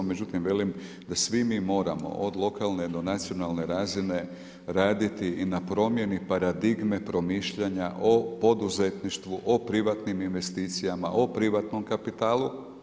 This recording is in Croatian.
Međutim velim da svi mi moramo od lokalne do nacionalne razine raditi i na promjeni paradigme promišljanja o poduzetništvu, o privatnim investicijama, o privatnom kapitalu.